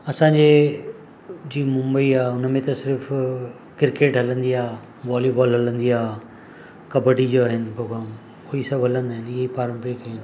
असांजे जीअं मुम्बई आहे हुन में त सिर्फ़ु क्रिकेट हलंदी आहे वॉलीबॉल हलंदी आहे कबड्डी जा आहिनि पोग्राम उहे ई सभु हलंदा आहिनि इहे पारम्परिक खेल